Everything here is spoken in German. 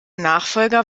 nachfolger